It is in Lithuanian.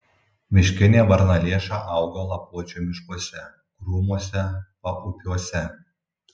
miškinė varnalėša auga lapuočių miškuose krūmuose paupiuose